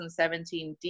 2017